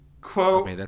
Quote